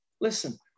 listen